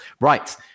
Right